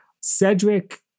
Cedric